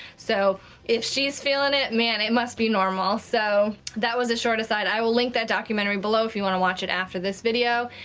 so if she's feeling it, man, it must be normal. so that was a short aside, i will link that documentary below if you wanna watch it after this video.